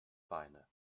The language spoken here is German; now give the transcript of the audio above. beine